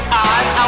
eyes